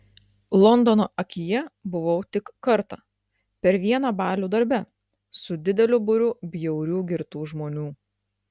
londono akyje buvau tik kartą per vieną balių darbe su dideliu būriu bjaurių girtų žmonių